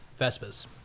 Vespas